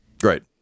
Great